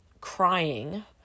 crying